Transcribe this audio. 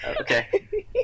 Okay